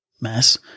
mass